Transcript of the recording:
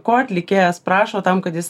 ko atlikėjas prašo tam kad jis